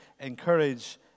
encourage